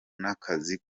n’akazi